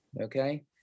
okay